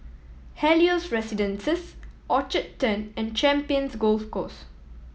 Helios Residences Orchard Turn and Champions Golf Course